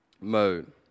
mode